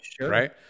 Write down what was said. right